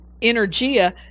energia